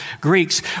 Greeks